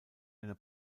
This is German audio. einer